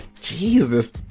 Jesus